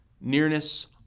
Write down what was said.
nearness